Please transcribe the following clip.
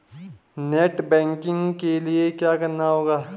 Net banking के लिए क्या करना होगा?